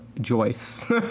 Joyce